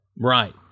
right